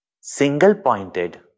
single-pointed